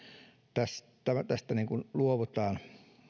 tästä luovutaan